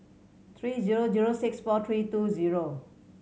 three zero zero six four three two zero